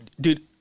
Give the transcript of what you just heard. dude